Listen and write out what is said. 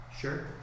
sure